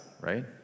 right